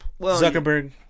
Zuckerberg